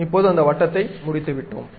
இப்போது அந்த வட்டத்தை முடித்துவிட்டோம்